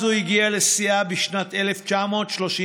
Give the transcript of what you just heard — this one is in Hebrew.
ההסתה הזו הגיעה לשיאה בשנת 1939,